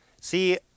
See